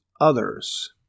others